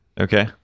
Okay